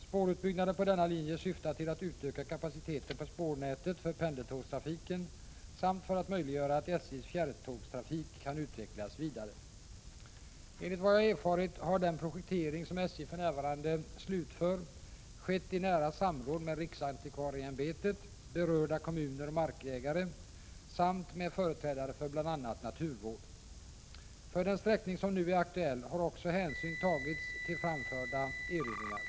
Spårutbyggnaden på denna linje syftar till att utöka kapaciteten på spårnätet för pendeltågstrafiken samt för att möjliggöra att SJ:s fjärrtågstrafik kan utvecklas vidare. Enligt vad jag erfarit har den projektering, som SJ för närvarande slutför, skett i nära samråd med riksantikvarieämbetet, berörda kommuner och markägare samt med företrädare för bl.a. naturvård. För den sträckning som nu är aktuell har också hänsyn tagits till framförda erinringar.